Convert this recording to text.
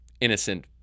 innocent